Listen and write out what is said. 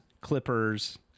Clippers